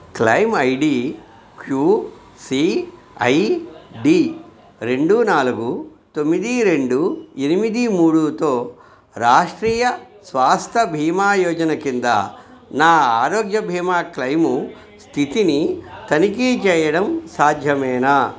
claim I D Q C I D రెండు నాలుగు తొమ్మిది రెండు ఎనిమిది మూడుతో రాష్ట్రీయ స్వాస్థ్య బీమా యోజన కింద నా ఆరోగ్య బీమా క్లెయిము స్థితిని తనిఖీ చేయడం సాధ్యమేనా